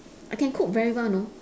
I can cook very well you know